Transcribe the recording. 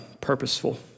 purposeful